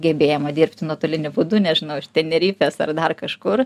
gebėjimą dirbti nuotoliniu būdu nežinau iš tenerifės ar dar kažkur